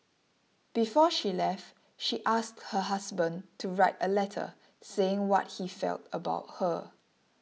before she left she asked her husband to write a letter saying what he felt about her